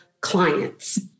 clients